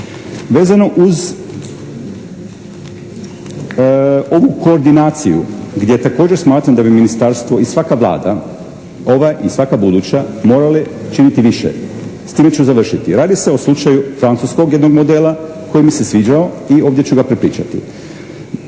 Vezano uz ovu koordinaciju gdje također smatram da bi ministarstvo i svaka Vlada, ova i svaka buduća morale činiti više. S time ću završiti. Radi se o slučaju francuskog jednog modela koji mi se sviđao i ovdje ću ga prepričati.